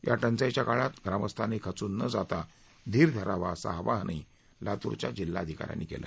या टंचाईच्या काळात ग्रामस्थांनी खचून न जाता धीर धरावा असं आवाहनही लातूरच्या जिल्हाधिकाऱ्यांनी यावेळी केलं